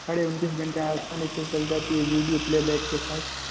साढे़ उनतीस घंटे आसानी से चल जाती है वीडियो प्ले बैक के साथ